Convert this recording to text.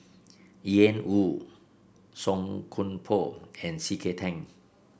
Ian Woo Song Koon Poh and C K Tang